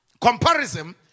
comparison